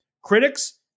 critics